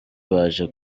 baje